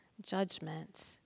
judgment